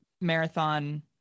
marathon